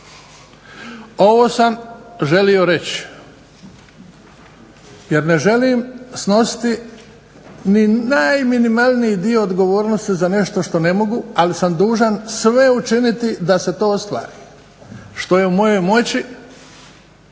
Ovo sam želio reći jer ne želim snositi ni najminimalniji dio odgovornosti za nešto što ne mogu, ali sam dužan sve učiniti da se to ostvari, što je u mojoj moći.